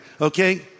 Okay